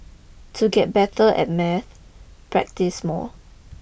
to get better at math practise more